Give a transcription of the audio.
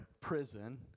prison